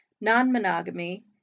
non-monogamy